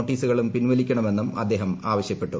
നോട്ടീസുകളും പിൻവലിക്കണമെന്നും അദ്ദേഹം ആവശ്യപ്പെട്ടു